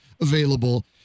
available